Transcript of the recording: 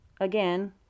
again